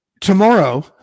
tomorrow